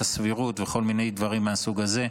הסבירות וכל מיני דברים מן הסוג הזה,